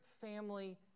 family